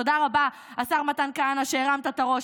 תודה רבה, השר מתן כהנא, שהרמת את הראש.